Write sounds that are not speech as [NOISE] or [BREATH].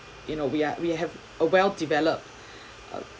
you know we're we have a well developed [BREATH] uh